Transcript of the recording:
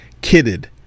kidded